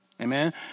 Amen